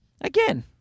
again